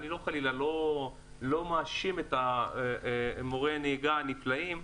איני מאשים, חלילה, את מורי הנהיגה הנפלאים,